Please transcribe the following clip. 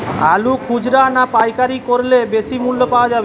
আলু খুচরা না পাইকারি করলে বেশি মূল্য পাওয়া যাবে?